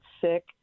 sick